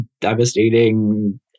devastating